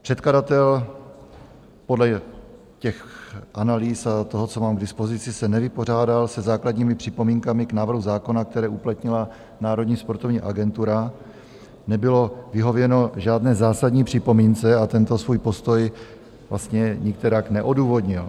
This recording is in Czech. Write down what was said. Předkladatel podle analýz a toho, co mám k dispozici, se nevypořádal se základními připomínkami k návrhu zákona, které uplatnila Národní sportovní agentura, nebylo vyhověno žádné zásadní připomínce, a tento svůj postoj vlastně nikterak neodůvodnil.